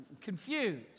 confused